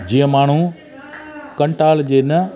जीअं माण्हू कंटालजे न